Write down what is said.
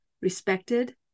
respected